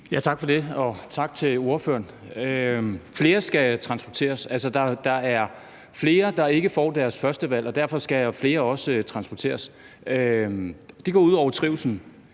Tak for det, og tak til ordføreren. Flere skal transporteres. Der er flere, der ikke får deres førstevalg, og derfor skal flere også transporteres. Det går ud over trivslen.